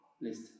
list